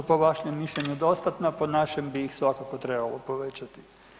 Možda su po vašem mišljenju dostatna po našem bi ih svakako trebalo povećati.